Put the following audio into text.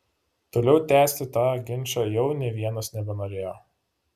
toliau tęsti tą ginčą jau nė vienas nebenorėjo